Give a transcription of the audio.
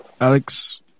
Alex